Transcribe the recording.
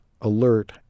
alert